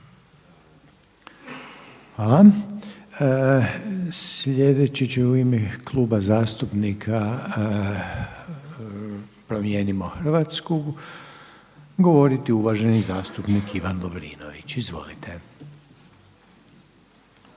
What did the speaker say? Hvala. Sljedeći će u ime Kluba zastupnika Promijenimo Hrvatsku govoriti uvaženi zastupnik Ivan Lovrinović. Izvolite.